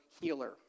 healer